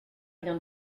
bien